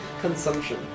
consumption